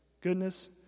goodness